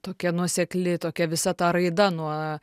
tokia nuosekli tokia visa ta raida nuo